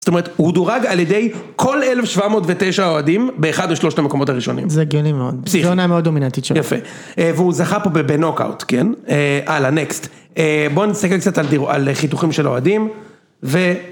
זאת אומרת, הוא דורג על ידי כל 1,709 אוהדים באחד או שלושת המקומות הראשונים. זה הגיוני מאוד. זה עונה מאוד דומיננטית שלו. יפה. והוא זכה פה בנוקאוט, כן? אה, לנקסט. בואו נסתכל קצת על חיתוכים של אוהדים.